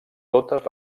totes